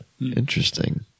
Interesting